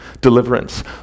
deliverance